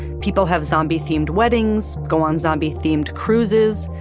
people have zombie-themed weddings, go on zombie-themed cruises.